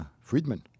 Friedman